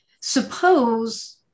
suppose